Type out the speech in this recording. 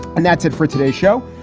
and that's it for today show,